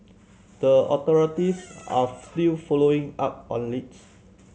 the authorities are still following up on leads